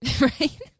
Right